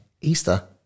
Easter